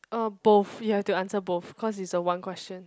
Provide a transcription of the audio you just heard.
uh both you have to answer both cause it's a one question